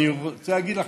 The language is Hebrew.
אני רוצה להגיד לכם,